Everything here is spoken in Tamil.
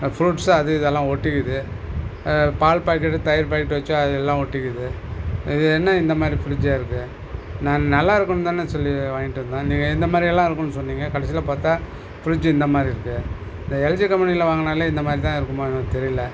ஃப்ரூட்ஸு அது இதெல்லாம் ஒட்டிக்கிது பால் பாக்கெட்டு தயிர் பாக்கெட்டு வச்சா அதுயெல்லாம் ஒட்டிக்கிது இது என்ன இந்த மாரி ஃபிரிட்ஜாக இருக்கு நான் நல்லா இருக்கும்னு தான சொல்லி வாங்கிகிட்டு வந்தேன் நீங்கள் இந்த மாரியெல்லாம் இருக்கும்னு சொன்னீங்க கடைசியில பார்த்தா ஃபிரிட்ஜ் இந்த மாதிரி இருக்கு இந்த எல்ஜி கம்பெனியில வாங்கினாலே இந்த மாரி தான் இருக்குமா என்னனு தெரியல